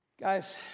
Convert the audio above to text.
Guys